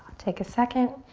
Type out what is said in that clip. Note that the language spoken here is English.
take a second.